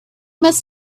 must